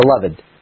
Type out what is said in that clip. Beloved